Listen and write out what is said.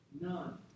None